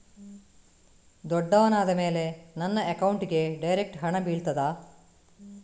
ದೊಡ್ಡವನಾದ ಮೇಲೆ ನನ್ನ ಅಕೌಂಟ್ಗೆ ಡೈರೆಕ್ಟ್ ಹಣ ಬೀಳ್ತದಾ?